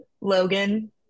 Logan